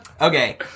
okay